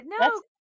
no